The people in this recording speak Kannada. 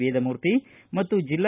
ವೇದಮೂರ್ತಿ ಮತ್ತು ಜಿ